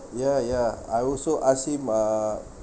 ya ya I also ask him err